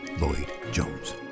Lloyd-Jones